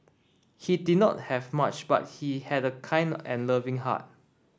he did not have much but he had a kind and loving heart